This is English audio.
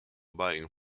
buying